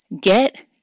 Get